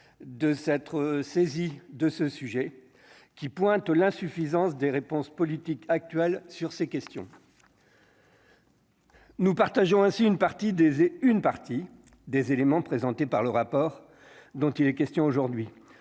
de s'être saisi de ce sujet qui pointe l'insuffisance des réponses politiques actuelles sur ces questions. Nous partageons ainsi une partie des et une partie des éléments présentés par le rapport, dont il est question aujourd'hui